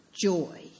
joy